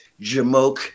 jamoke